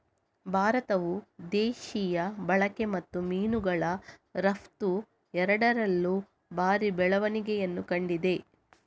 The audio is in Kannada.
ಭಾರತವು ದೇಶೀಯ ಬಳಕೆ ಮತ್ತು ಮೀನುಗಳ ರಫ್ತು ಎರಡರಲ್ಲೂ ಭಾರಿ ಬೆಳವಣಿಗೆಯನ್ನು ಕಂಡಿದೆ